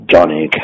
Johnny